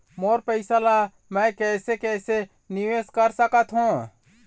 मोर पैसा ला मैं कैसे कैसे निवेश कर सकत हो?